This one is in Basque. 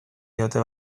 diote